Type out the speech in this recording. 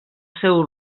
seu